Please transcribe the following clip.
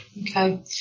okay